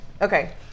Okay